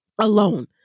alone